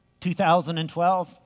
2012